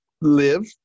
live